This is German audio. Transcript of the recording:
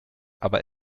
aber